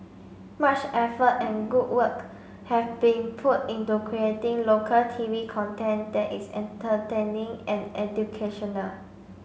much effort and good work have been put into creating local T V content that is entertaining and educational